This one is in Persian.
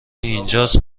اینجاس